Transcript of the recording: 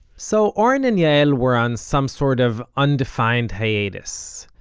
so oren and yael were on some sort of undefined hiatus.